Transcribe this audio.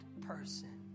person